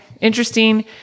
interesting